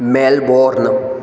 Melbourne